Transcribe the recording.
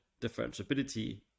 differentiability